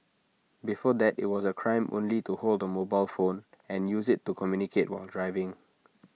before that IT was A crime only to hold A mobile phone and use IT to communicate while driving